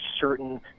certain